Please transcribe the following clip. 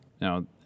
Now